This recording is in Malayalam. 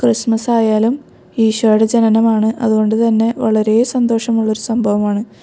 ക്രിസ്മസ് ആയാലും ഈശോയുടെ ജനനമാണ് അതുകൊണ്ട് തന്നെ വളരെ സന്തോഷമുള്ള ഒരു സംഭവമാണ്